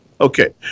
okay